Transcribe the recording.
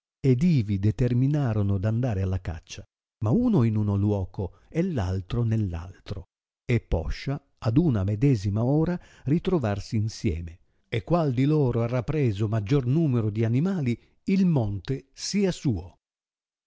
ed ivi determinarono d'andare alla caccia ma uno in uno luoco e l'altro nell'altro e poscia ad una medesima ora ritrovarsi insieme e qual di loro arra preso maggior numero di animali il monte sia suo